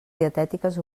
dietètiques